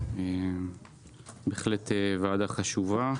בהחלט ועדה חשובה.